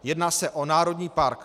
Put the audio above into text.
Jedná se o národní park.